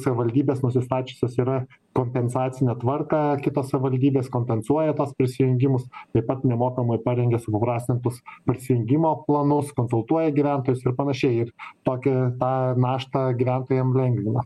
savaldybės nusistačiusios yra kompensacinę tvarką kitos savaldybės kompensuoja tuos prisijungimus taip pat nemokamai parengia supaprastintus prisijungimo planus konsultuoja gyventojus ir panašiai ir tokią tą naštą gyventojam lengvina